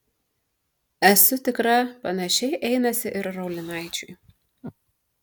esu tikra panašiai einasi ir raulinaičiui